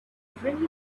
bring